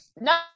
No